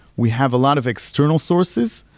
we have a lot of external sources,